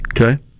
Okay